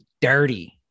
dirty